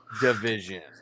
Division